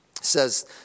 says